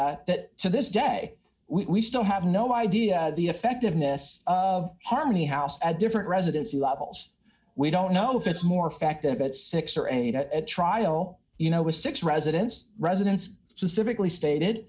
a that to this day we still have no idea the effectiveness of harmony house at different residency levels we don't know if it's more effective at six or eight at trial you know with six residents residents specifically stated